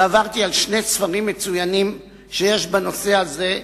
ועברתי על שני ספרים מצוינים שיש בנושא הזה,